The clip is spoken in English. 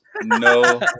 No